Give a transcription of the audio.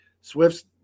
swifts